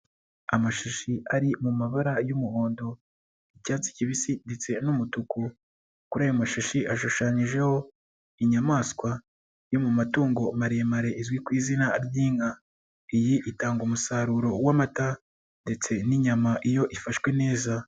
Amashashi ari mu mabara y'umuhondo, icyatsi kibisi, ndetse n'umutuku, kuri ayo mashashi hashushanyijeho inyamaswa yo mu matungo maremare izwi ku izina ry'inka, iyi itanga umusaruro w'amata ndetse n'inyama iyo ifashwe neza.